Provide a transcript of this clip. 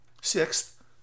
Sixth